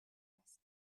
است